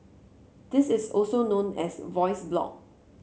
this is also known as a voice blog